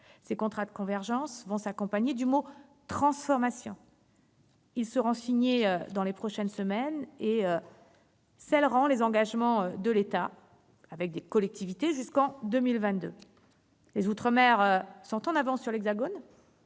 Ces contrats de convergence vont s'accompagner du mot « transformation ». Ils seront signés dans les prochaines semaines et scelleront les engagements de l'État et des collectivités jusqu'en 2022. Les outre-mer sont en avance sur l'Hexagone :